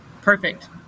Perfect